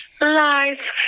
Lies